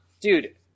dude